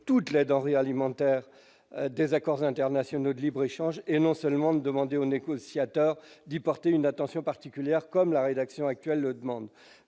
toutes les denrées alimentaires, des accords internationaux de libre-échange et non seulement demandé aux négociateurs dit porter une attention particulière comme la rédaction actuelle demande